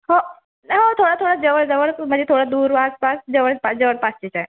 हो हो थोडं थोडं जवळ जवळ म्हणजे थोडं दूर आसपास जवळपास जवळपासचेच आहेत